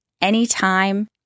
anytime